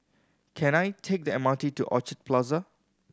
can I take the M R T to Orchard Plaza